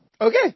Okay